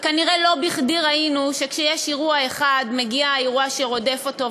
כנראה לא בכדי ראינו שכשיש אירוע אחד מגיע האירוע שרודף אותו,